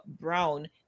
Brown